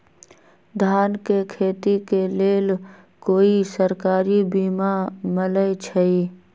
धान के खेती के लेल कोइ सरकारी बीमा मलैछई?